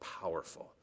powerful